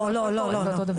לא, לא.